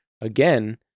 again